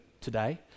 today